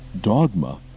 dogma